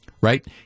Right